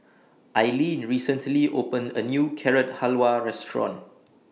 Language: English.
Ilene recently opened A New Carrot Halwa Restaurant